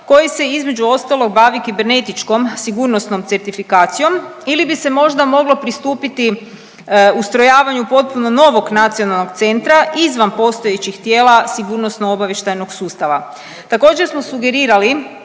koji se između ostalog bavi kibernetičkom sigurnosnom certifikacijom ili bi se možda moglo pristupiti ustrojavanju potpuno novog nacionalnog centra izvan postojećih tijela sigurnosno obavještajnog sustava. Također smo sugerirali